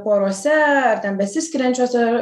porose ar ten besiskiriančiose